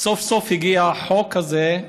סוף-סוף הגיע החוק הזה,